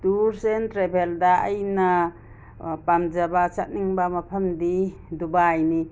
tours and ꯇ꯭ꯔꯦꯕꯦꯜꯗ ꯑꯩꯅ ꯄꯥꯝꯖꯕ ꯆꯠꯅꯤꯡꯕ ꯃꯐꯝꯗꯤ ꯗꯨꯕꯥꯏꯅꯤ